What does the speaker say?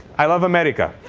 i love america.